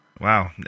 Wow